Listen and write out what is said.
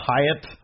Hyatt